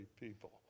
people